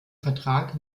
vertrag